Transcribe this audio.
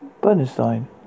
Bernstein